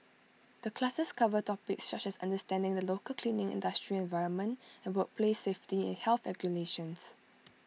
the classes cover topics such as understanding the local cleaning industry environment and workplace safety and health regulations